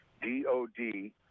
D-O-D